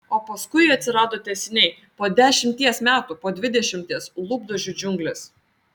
o paskui atsirado tęsiniai po dešimties metų po dvidešimties lūpdažių džiunglės